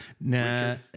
No